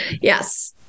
yes